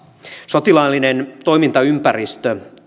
sotilaallinen toimintaympäristö